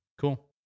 Cool